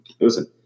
Listen